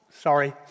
sorry